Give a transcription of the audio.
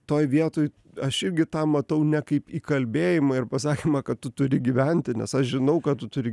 toj vietoj aš irgi tą matau ne kaip įkalbėjimą ir pasakymą kad tu turi gyventi nes aš žinau kad tu turi